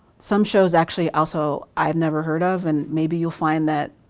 some shows actually, also, i've never heard of and maybe you'll find that,